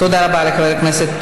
תודה רבה לחבר הכנסת